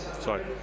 sorry